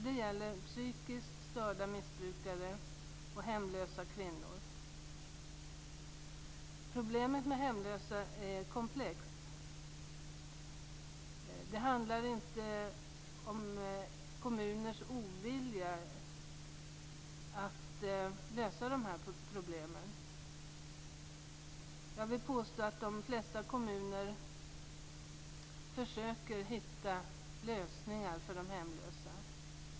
Det gäller psykiskt störda missbrukare och hemlösa kvinnor. Problemet med de hemlösa är komplext. Det handlar inte om kommuners ovilja att lösa problemen. Jag vill påstå att de flesta kommuner försöker hitta lösningar för de hemlösa.